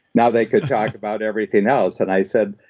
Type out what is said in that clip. now they could talk about everything else. and i said,